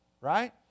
right